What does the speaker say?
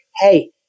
hey